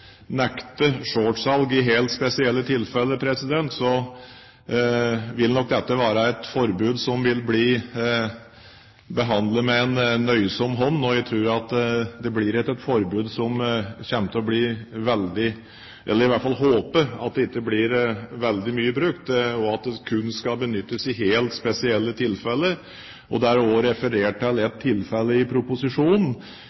nekte shortsalg i helt spesielle tilfeller, vil nok dette være et forbud som vil bli behandlet med nøysom hånd. Jeg tror ikke det blir et forbud som kommer til å bli veldig mye brukt, i hvert fall håper jeg det. Det skal kun benyttes i helt spesielle tilfeller. Det er også referert til